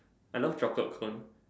I love chocolate cone